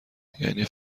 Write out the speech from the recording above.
یعنی